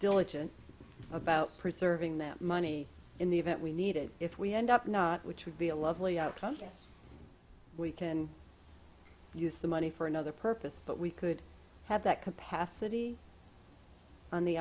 diligent about preserving that money in the event we needed if we end up not which would be a lovely outcome that we can use the money for another purpose but we could have that capacity on the